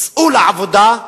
צאו לעבודה,